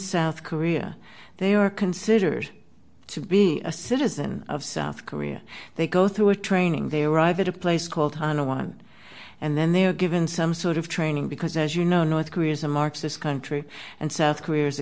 south korea they are considered to be a citizen of south korea they go through a training they arrive at a place called hollow want and then they are given some sort of training because as you know north korea is a marxist country and south korea is a